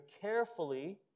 carefully